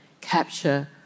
capture